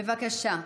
בבקשה.